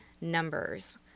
numbers